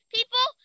People